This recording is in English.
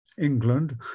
England